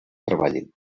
treballin